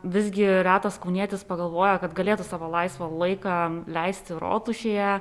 visgi retas kaunietis pagalvoja kad galėtų savo laisvą laiką leisti rotušėje